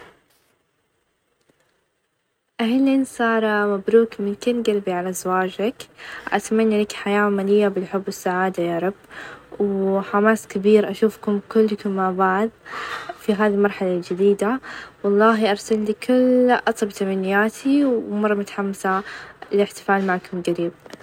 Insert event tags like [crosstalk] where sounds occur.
أهلين سارة مبروك من كل قلبي على زواجك أتمنى لك حياة مليئة بالحب، والسعادة يا رب، وحماس كبير أشوفكم كلكم مع بعض [noise] في هذي المرحلة الجديدة، والله أرسلك إلا أطيب تمنياتي ومرة متحمسة للاحتفال معكم قريب.